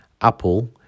apple